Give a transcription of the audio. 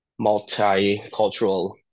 multicultural